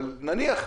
אבל נניח,